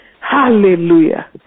Hallelujah